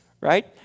right